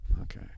Okay